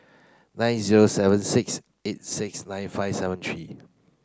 nine zero seven six eight six nine five seven three